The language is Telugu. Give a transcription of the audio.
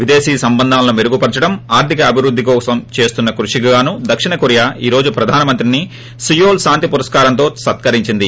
విదేశీ సంబంధాలను మెరుగుపర్సడం ఆర్గిక అభివృద్గి కోసం చేస్తున్న కృషికి గానూ దక్షిణ కొరియా ఈ రోజు ప్రదానిమంత్రిని సియోల్ శాంతి పురస్కారంతో సత్కరించింది